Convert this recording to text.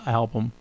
album